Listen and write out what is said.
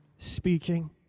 Speaking